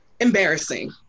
embarrassing